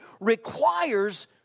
requires